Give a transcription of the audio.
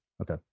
Okay